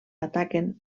ataquen